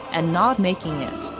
and not making it.